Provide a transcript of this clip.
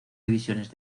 divisiones